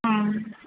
हां